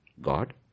God